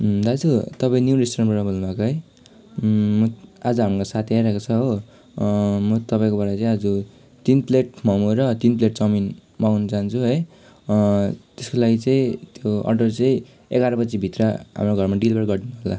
अँ दाजु तपाईँ न्यू रेस्टुरेन्टबाट बोल्नुभएको है आज हाम्रो साथी आइरहेको छ हो म तपाईँबाट चाहिँ आज तिन प्लेट मोमो र तिन प्लेट चाउमिन मगाउनु चाहन्छु है त्यसको लागि चाहिँ त्यो अर्डर चाहिँ एघार बजीभित्र हाम्रो घरमा डेलिभर गरिदिनु होला